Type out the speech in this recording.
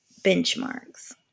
benchmarks